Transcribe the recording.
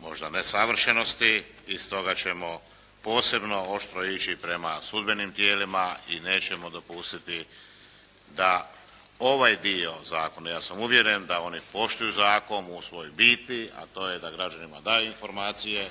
možda nesavršenosti. I stoga ćemo posebno oštro ići prema sudbenim tijelima i nećemo dopustiti da ovaj dio zakona, ja sam uvjeren da oni poštuju zakon u svojoj biti, a to je da građanima daju informacije,